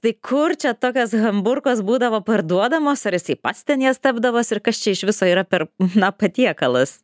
tai kur čia tokios hamburkos būdavo parduodamos ar jisai pats ten jas tepdavosi ir kas čia iš viso yra per na patiekalas